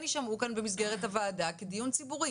יישמעו כאן במסגרת הוועדה כדיון ציבורי.